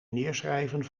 neerschrijven